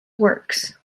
works